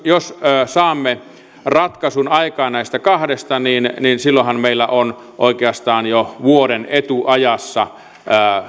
jos saamme ratkaisun aikaan näistä kahdesta niin silloinhan meillä on oikeastaan jo vuoden etuajassa